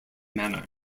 manner